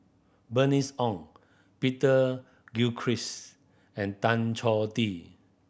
Bernice Ong Peter Gilchrist and Tan Choh Tee